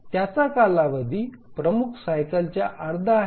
त्याचा कालावधी प्रमुख सायकलच्या अर्धा आहे